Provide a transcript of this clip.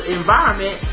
environment